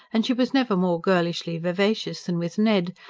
and she was never more girlishly vivacious than with ned,